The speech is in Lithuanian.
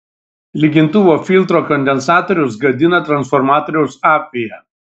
lygintuvo filtro kondensatorius gadina transformatoriaus apviją